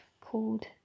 called